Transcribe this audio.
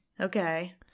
okay